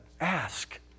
Ask